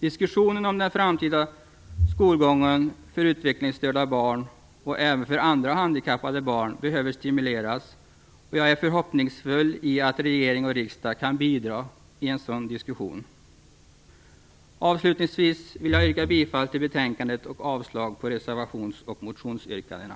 Diskussionen om den framtida skolgången för utvecklingsstörda barn och även för andra handikappade barn behöver stimuleras, och jag är förhoppningsfull om att riksdag och regering kan bidra i en sådan diskussion. Avslutningsvis vill jag yrka bifall till utskottets hemställan och avslag på reservations och motionsyrkandena.